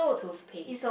toothpaste